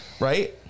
Right